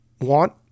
want